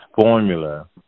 formula